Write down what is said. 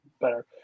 better